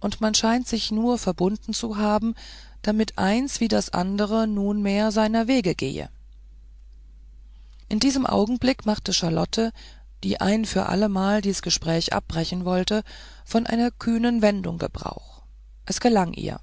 und man scheint sich nur verbunden zu haben damit eins wie das andere nunmehr seiner wege gehe in diesem augenblick machte charlotte die ein für allemal dies gespräch abbrechen wollte von einer kühnen wendung gebrauch es gelang ihr